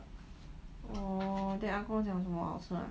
orh then ah gong 讲什么好吃吗